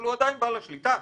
אבל הוא עדיין בעל השליטה.